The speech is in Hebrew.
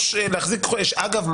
אגב,